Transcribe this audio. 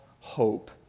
hope